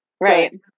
right